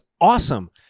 awesome